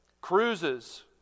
cruises